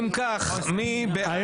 אם כך, מי בעד הצעות החוק.